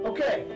Okay